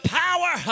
power